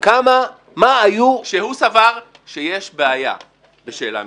מה היו --- כשהוא סבר שיש בעיה בשאלה מסוימת,